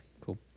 cool